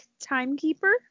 Timekeeper